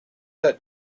that